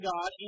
God